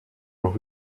los